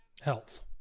health